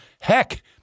Heck